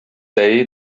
day